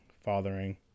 fathering